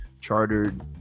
chartered